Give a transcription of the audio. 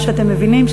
מה שאתם מבינים,